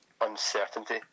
uncertainty